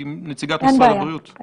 כי נציגת משרד הבריאות תסביר.